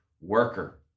worker